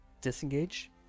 disengage